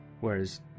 Whereas